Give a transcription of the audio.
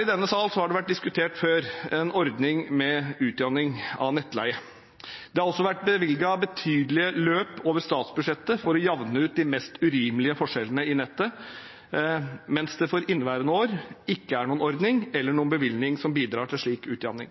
I denne sal har en ordning med utjevning av nettleien vært diskutert før. Det har også vært bevilget betydelige beløp over statsbudsjettet for å jevne ut de mest urimelige forskjellene i nettleien, mens det for inneværende år ikke er noen ordning eller bevilgning som bidrar til en slik